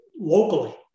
locally